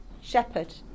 shepherd